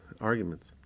arguments